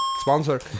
Sponsor